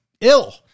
ill